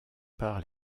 par